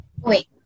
wait